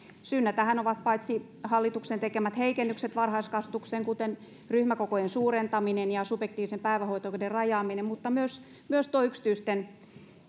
syynä tähän ovat paitsi hallituksen tekemät heikennykset varhaiskasvatukseen kuten ryhmäkokojen suurentaminen ja subjektiivisen päivähoito oikeuden rajaaminen mutta myös myös tuo yksityisten